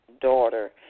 daughter